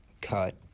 cut